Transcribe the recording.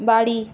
বাড়ি